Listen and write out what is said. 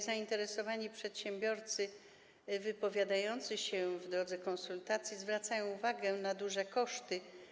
Zainteresowani przedsiębiorcy wypowiadający się w drodze konsultacji zwracają uwagę na duże koszty.